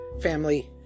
family